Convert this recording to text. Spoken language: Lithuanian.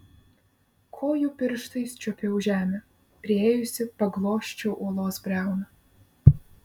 kojų pirštais čiuopiau žemę priėjusi paglosčiau uolos briauną